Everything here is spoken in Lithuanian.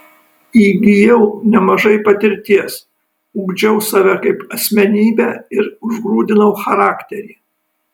įgijau nemažai patirties ugdžiau save kaip asmenybę ir užgrūdinau charakterį